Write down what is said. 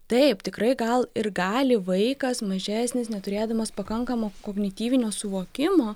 taip tikrai gal ir gali vaikas mažesnis neturėdamas pakankamo kognityvinio suvokimo